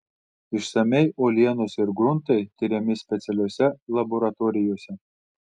išsamiai uolienos ir gruntai tiriami specialiose laboratorijose